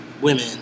women